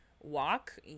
walk